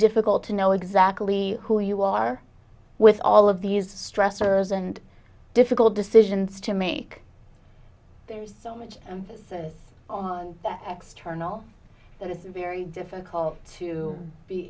difficult to know exactly who you are with all of these stressors and difficult decisions to make there is so much emphasis on that extra not that it's very difficult to be